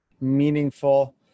meaningful